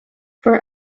for